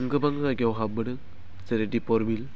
गोबां जायगायाव हाबबोदों जेरै दिपरबिल